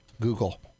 Google